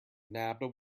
nabbed